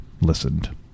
listened